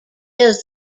does